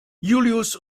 julius